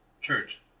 Church